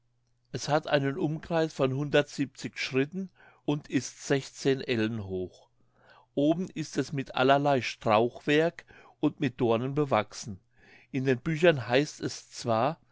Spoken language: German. es hat einen umkreis von schritten und ist ellen hoch oben ist es mit allerlei strauchwerk und mit dornen bewachsen in den büchern heißt es zwar